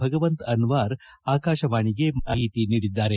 ಭಗವಂತ್ ಆನ್ವಾರ್ ಆಕಾಶವಾಣೆಗೆ ಮಾಹಿತಿ ನೀಡಿದ್ದಾರೆ